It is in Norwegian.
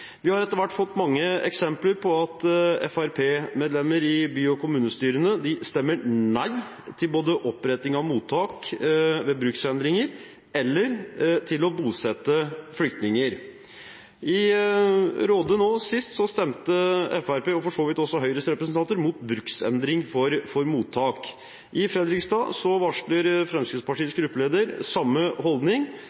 Vi har etter hvert fått mange eksempler på at Fremskrittsparti-medlemmer i by- og kommunestyrene stemmer nei til både oppretting av mottak ved bruksendringer og til å bosette flyktninger. Nå sist i Råde stemte Fremskrittspartiet og for så vidt også Høyres representanter mot bruksendring for mottak. I Fredrikstad varsler Fremskrittspartiets gruppeleder samme holdning.